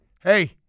hey